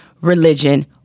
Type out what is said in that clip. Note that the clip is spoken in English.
religion